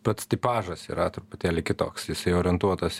pats tipažas yra truputėlį kitoks jisai orientuotas